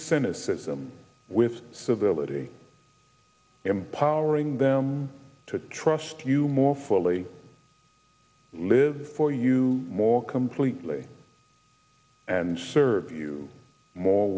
cynicism with civility empowering them to trust you more fully live for you more completely and serve you more